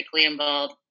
involved